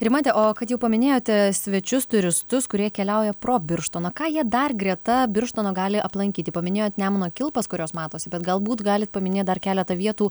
rimante o kad jau paminėjote svečius turistus kurie keliauja pro birštoną ką jie dar greta birštono gali aplankyti paminėjot nemuno kilpas kurios matosi bet galbūt galit paminėt dar keletą vietų